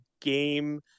game